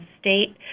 state